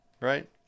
Right